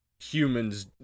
humans